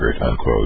unquote